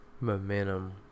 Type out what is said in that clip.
momentum